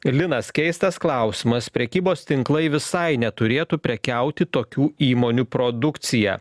linas keistas klausimas prekybos tinklai visai neturėtų prekiauti tokių įmonių produkcija